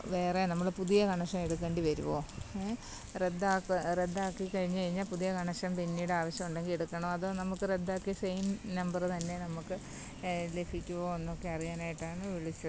വേറെ നമ്മൾ പുതിയ കണക്ഷൻ എടുക്കേണ്ടി വരുമോ റദ്ദാക്കി റദ്ദാക്കി കഴിഞ്ഞ് കഴിഞ്ഞാൽ പുതിയ കണക്ഷൻ പിന്നീട് ആവശ്യം ഉണ്ടെങ്കിൽ എടുക്കണോ അതോ നമുക്ക് റദ്ദാക്കിയ സെയീം നമ്പറ് തന്നെ നമുക്ക് ലഭിക്കുമോ എന്നൊക്കെ അറിയാനായിട്ടാണ് വിളിച്ചത്